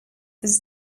was